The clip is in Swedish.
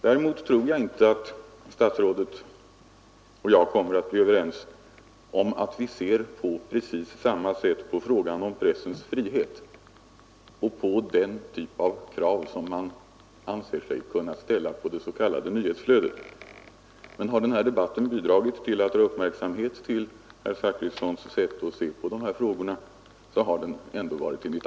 Däremot tror jag inte att statsrådet och jag kan bli överens om att vi ser på precis samma sätt på frågan om pressens frihet och på den typ av krav som man anser sig kunna ställa på det s.k. nyhetsflödet. Men har den här debatten bidragit till att dra uppmärksamheten till herr Zachrissons sätt att se på dessa frågor, har den ändå varit till nytta.